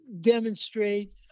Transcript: demonstrate